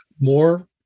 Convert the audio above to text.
More